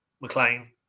McLean